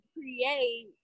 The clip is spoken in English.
Create